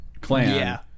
clan